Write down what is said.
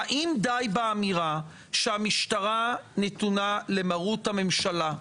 אם די באמירה שהמשטרה נתונה למרות המשטרה.